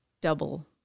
double